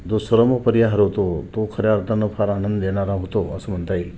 जो श्रम परिहार होतो तो खऱ्या अर्थानं फार आनंद देणारा होतो असं म्हणता येईल